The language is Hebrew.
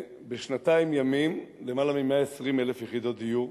בשנתיים ימים למעלה מ-120,000 יחידות דיור,